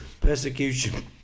persecution